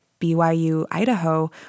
BYU-Idaho